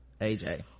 aj